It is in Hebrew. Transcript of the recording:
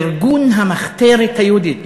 ארגון המחתרת היהודית.